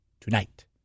tonight